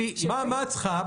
כמה זמן את צריכה?